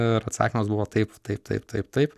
ir atsakymas buvo taip taip taip taip taip